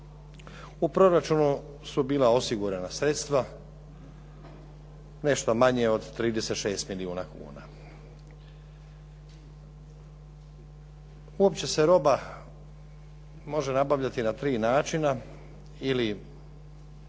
U proračunu su bila osigurana sredstva, nešto manje od 36 milijuna kuna. Uopće se roba može nabavljati na tri načina ili